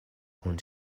kun